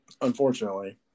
Unfortunately